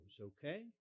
okay